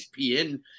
ESPN